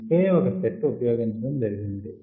ఒకే ఒక సెట్ ఉపయోగించడం జరిగినది